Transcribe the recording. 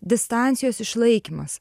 distancijos išlaikymas